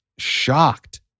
Shocked